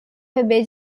bebê